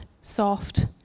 soft